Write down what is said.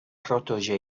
protože